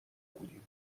بودیم